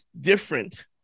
different